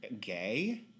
gay